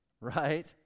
right